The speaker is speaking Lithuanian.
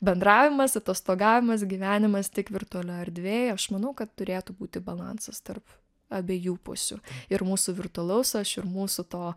bendravimas atostogavimas gyvenimas tik virtualioj erdvėj aš manau kad turėtų būti balansas tarp abiejų pusių ir mūsų virtualaus aš ir mūsų to